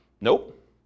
Nope